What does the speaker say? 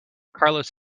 carlos